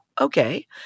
okay